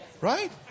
right